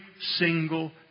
single